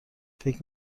فکر